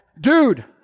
Dude